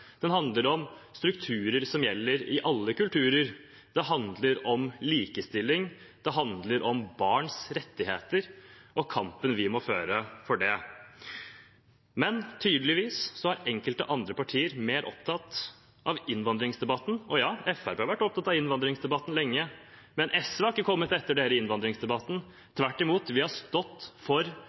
strukturer som gjelder i alle kulturer. Det handler om likestilling. Det handler om barns rettigheter og kampen vi må føre for det. Men tydeligvis er enkelte andre partier mer opptatt av innvandringsdebatten. Og ja, Fremskrittspartiet har vært opptatt av innvandringsdebatten lenge, men SV har ikke kommet etter Fremskrittspartiet i innvandringsdebatten, tvert imot har vi stått for